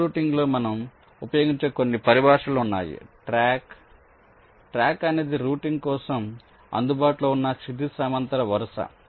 channel రౌటింగ్లో మనం ఉపయోగించే కొన్ని పరిభాషలు ఉన్నాయి ట్రాక్ ట్రాక్ అనేది రౌటింగ్ కోసం అందుబాటులో ఉన్న క్షితిజ సమాంతర వరుస